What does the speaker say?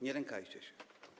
Nie lękajcie się.